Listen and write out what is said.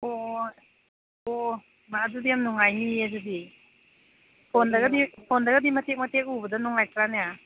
ꯑꯣ ꯑꯣ ꯑꯣ ꯏꯃꯥ ꯑꯗꯨꯗꯤ ꯌꯥꯝ ꯅꯨꯡꯉꯥꯏꯅꯤꯌꯦ ꯑꯗꯨꯗꯤ ꯐꯣꯟꯗꯒꯗꯤ ꯐꯣꯟꯗꯒꯗꯤ ꯃꯇꯦꯛ ꯃꯇꯦꯛ ꯎꯕꯗꯣ ꯅꯨꯡꯉꯥꯏꯇ꯭ꯔꯅꯦ